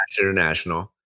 International